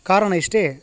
ಕಾರಣ ಇಷ್ಟೇ